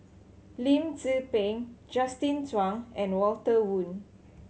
Lim Tze Peng Justin Zhuang and Walter Woon